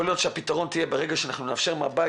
יכול להיות שהפתרון יהיה ברגע שתהיה עבודה מהבית